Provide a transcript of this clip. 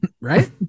right